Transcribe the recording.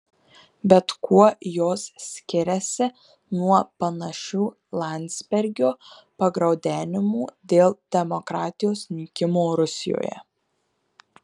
bet kuo jos skiriasi nuo panašių landsbergio pagraudenimų dėl demokratijos nykimo rusijoje